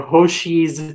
Hoshi's